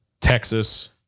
Texas